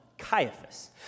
Caiaphas